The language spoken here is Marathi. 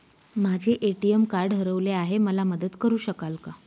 माझे ए.टी.एम कार्ड हरवले आहे, मला मदत करु शकाल का?